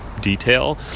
detail